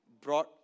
brought